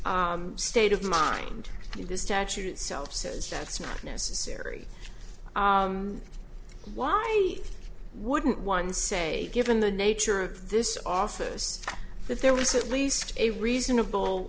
state of mind you the statute itself says that's not necessary why wouldn't one say given the nature of this office that there was at least a reasonable